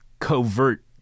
covert